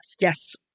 Yes